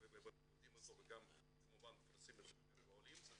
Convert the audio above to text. והם יודעים אותו וגם כמובן עושים את זה בקרב העולים.